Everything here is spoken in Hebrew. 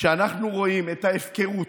כשאנחנו רואים את ההפקרות,